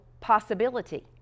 possibility